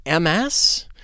MS